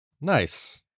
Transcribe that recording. Nice